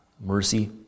mercy